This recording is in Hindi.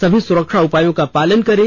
सभी सुरक्षा उपायों का पालन करें